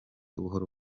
buhoro